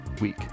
week